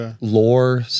lore